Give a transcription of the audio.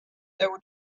tao